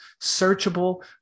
Searchable